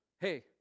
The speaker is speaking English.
hey